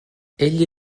egli